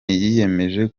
yiyemeje